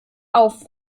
auf